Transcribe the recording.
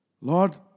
Lord